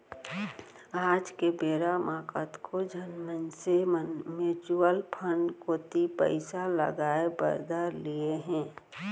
आज के बेरा म कतको झन मनसे मन म्युचुअल फंड कोती पइसा लगाय बर धर लिये हें